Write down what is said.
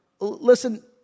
listen